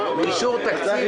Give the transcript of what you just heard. לפי המלצת ועדת הכנסת.